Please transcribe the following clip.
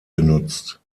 genutzt